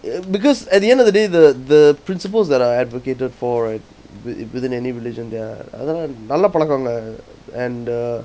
uh because at the end of the day the the principles that are advocated for right with~ within any religion there are அதலாம் நல்ல பழக்கம் இல்ல:athalam nalla palakkam illa and uh